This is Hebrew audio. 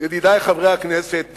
ידידי חברי הכנסת,